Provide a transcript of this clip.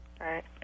right